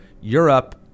Europe